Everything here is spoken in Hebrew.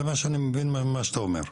זה מה שאני מבין ממה שאתה אומר.